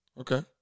Okay